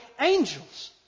angels